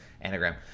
anagram